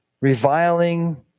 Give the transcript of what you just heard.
reviling